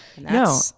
no